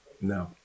No